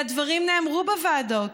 והדברים נאמרו בוועדות,